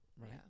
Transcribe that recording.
right